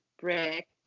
brick